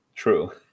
true